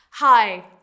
Hi